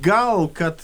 gal kad